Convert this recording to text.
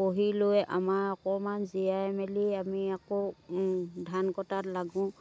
বহি লৈ আমাৰ অকণমান জিৰাই মেলি আমি আকৌ ধান কটাত লাগোঁ